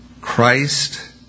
Christ